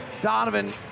Donovan